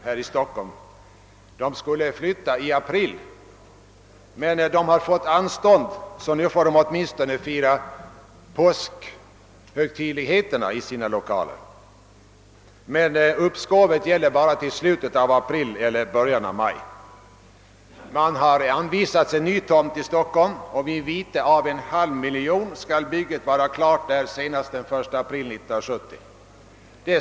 Den skulle göra det den 1 april men har fått anstånd, så att församlingsmedlemmarna får åtminstone fira påskhögtiden i sina egna lokaler. Men uppskovet gäller bara till slutet av april eller början av maj. Man har anvisats en ny tomt i Stockholm, där vid vite av en halv miljon kronor bygget skall vara klart senast den 1 april 1970.